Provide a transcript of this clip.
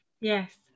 Yes